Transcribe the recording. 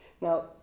Now